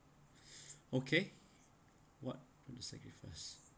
okay what first